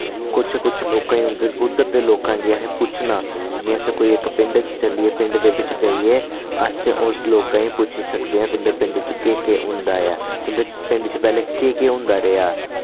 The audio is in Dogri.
कुछ कुछ लोकां ई उं'दे उद्दर दे लोकां गी असैं पुच्छना जि'यां अस कोई इक पिंडे च चलिये पिंड दे बिच जाइयै अस उस लोकां ही पुच्छ सकदे आं तुंदे पिंड च केह् केह् होंदा ऐ तुंदे पिंड च पैह्ले केह् केह् होंदा रेहा